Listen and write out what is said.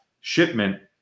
shipment